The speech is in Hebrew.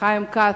חיים כץ,